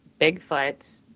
bigfoot